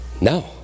No